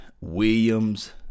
Williams